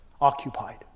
occupied